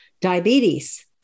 diabetes